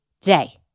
day